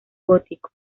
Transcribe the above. gótico